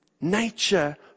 Nature